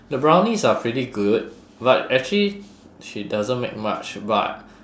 the brownies are pretty good but actually she doesn't make much but